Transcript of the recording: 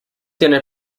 tiene